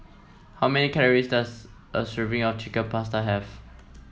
how many calories does a serving of Chicken Pasta have